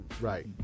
Right